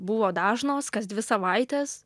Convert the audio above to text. buvo dažnos kas dvi savaites